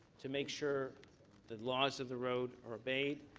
to make sure the laws of the road are obeyed,